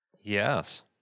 Yes